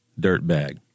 dirtbag